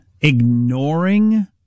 ignoring